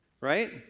right